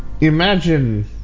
imagine